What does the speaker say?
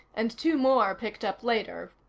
and two more picked up later.